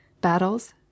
Battles